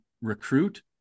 recruit